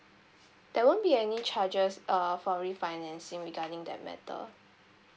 there won't be any charges err for refinancing regarding that matter